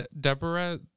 Deborah